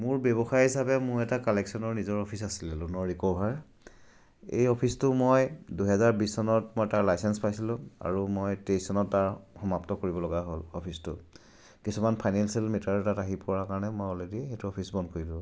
মোৰ ব্যৱসায় হিচাপে মোৰ এটা কালেকশ্যনৰ নিজৰ অফিচ আছিলে লোনৰ ৰিকোভাৰ এই অফিচটো মই দুহেজাৰ বিছ চনত মই তাৰ লাইচেঞ্চ পাইছিলোঁ আৰু মই তেইছ চনত তাৰ সমাপ্ত কৰিবলগা হ'ল অফিচটো কিছুমান ফাইনেঞ্চিয়েল মেটাৰ তাত আহি পৰাৰ কাৰণে মই অলৰেডি সেইটো অফিচ বন্ধ কৰিলোঁ